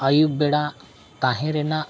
ᱟᱭᱩᱵ ᱵᱮᱲᱟ ᱛᱟᱦᱮᱸ ᱨᱮᱱᱟᱜ